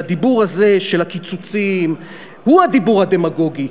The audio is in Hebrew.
שהדיבור הזה של הקיצוצים הוא הדיבור הדמגוגי,